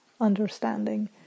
understanding